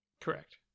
Correct